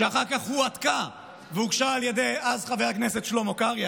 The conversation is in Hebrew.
שאחר כך הועתקה והוגשה על ידי חבר הכנסת שלמה קרעי,